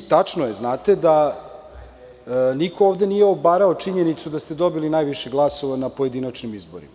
Tačno je, vi znate da niko ovde nije obarao činjenicu da ste dobili najviše glasova na pojedinačnim izborima,